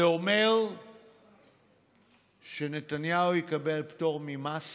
זה אומר שנתניהו יקבל פטור ממס